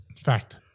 Fact